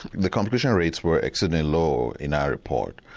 the complication rates were actually low in our report,